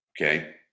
Okay